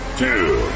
two